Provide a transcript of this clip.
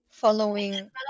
Following